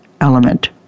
element